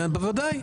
בוודאי.